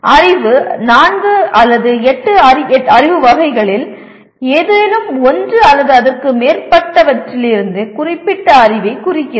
அறிவு 4 அல்லது 8 அறிவு வகைகளில் ஏதேனும் ஒன்று அல்லது அதற்கு மேற்பட்டவற்றிலிருந்து குறிப்பிட்ட அறிவைக் குறிக்கிறது